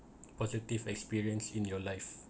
positive experience in your life